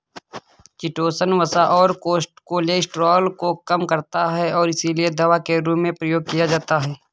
chitosan वसा और cholesterol को कम करता है और इसीलिए दवा के रूप में प्रयोग किया जाता है